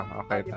okay